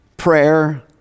Prayer